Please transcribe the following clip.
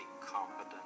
competent